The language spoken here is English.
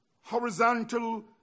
horizontal